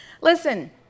Listen